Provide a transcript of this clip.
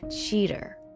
cheater